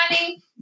money